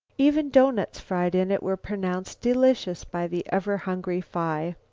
even doughnuts fried in it were pronounced delicious by the ever-hungry phi.